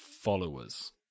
followers